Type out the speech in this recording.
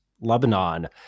Lebanon